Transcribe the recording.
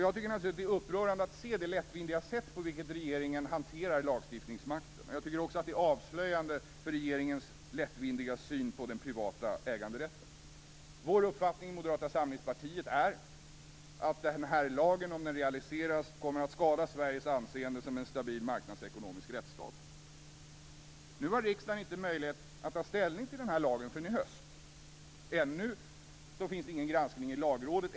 Jag tycker naturligtvis att det är upprörande att se det lättvindiga sätt på vilket regeringen hanterar lagstiftningsmakten. Jag tycker också att det är avslöjande för regeringens lättvindiga syn på den privata äganderätten. Vår uppfattning i Moderata samlingspartiet är att denna lag om den realiseras kommer att skada Sveriges anseende som en stabil marknadsekonomisk rättsstat. Nu har riksdagen inte möjlighet att ta ställning till denna lag förrän i höst. Ännu finns det ingen granskning i Lagrådet.